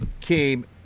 came